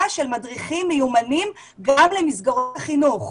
של מדריכים מיומנים גם למסגרת החינוך.